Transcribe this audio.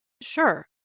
Sure